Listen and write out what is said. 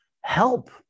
help